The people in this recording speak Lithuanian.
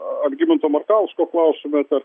algimanto markausko klaustumėte ar